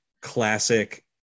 classic